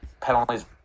penalties